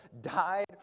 died